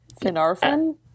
Finarfin